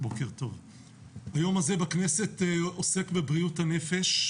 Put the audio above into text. היום הזה בכנסת עוסק בבריאות הנפש,